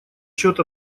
счет